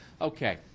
Okay